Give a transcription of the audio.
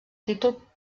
títol